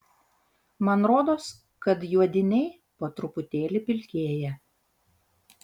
man rodos kad juodiniai po truputėlį pilkėja